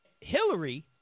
Hillary